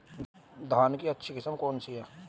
धान की अच्छी किस्म कौन सी है?